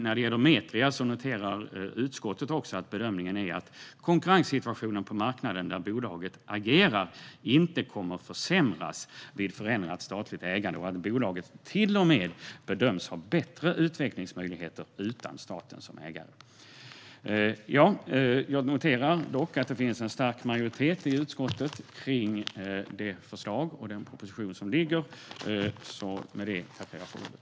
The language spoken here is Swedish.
När det gäller Metria noterar utskottet också att bedömningen är att konkurrenssituationen på marknaden där bolaget agerar inte kommer att försämras vid förändrat statligt ägande och att bolaget till och med bedöms ha bättre utvecklingsmöjligheter utan staten som ägare. Jag noterar dock att det finns en stark majoritet i utskottet kring det förslag och den proposition som ligger. Med detta tackar jag för ordet.